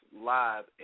live